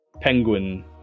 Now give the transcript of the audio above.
Penguin